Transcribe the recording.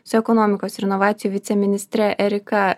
su ekonomikos ir inovacijų viceministre erika